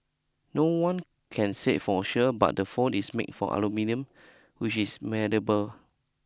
no one can say for sure but the phone is made from aluminium which is malleable